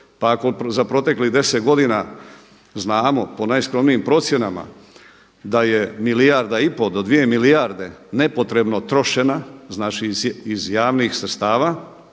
Pa ako za proteklih 10 godina znamo po najskromnijim procjenama da je 1,5 milijarda do 2 milijarde nepotrebno trošena znači iz javnih sredstava